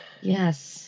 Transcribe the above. Yes